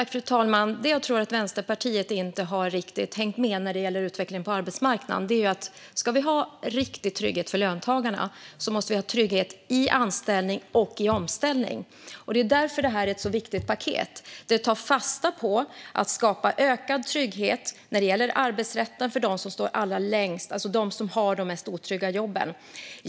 Fru talman! Jag tror att Vänsterpartiet inte riktigt har hängt med när det gäller utvecklingen på arbetsmarknaden. Om det ska vara riktig trygghet för löntagarna måste det finnas trygghet i anställning och i omställning. Det är därför det här är ett så viktigt paket. Det tar fasta på att skapa ökad trygghet när det gäller arbetsrätten för dem som har de mest otrygga jobben.